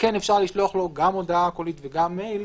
וכן אפשר לשלוח לו גם הודעה קולית וגם מייל,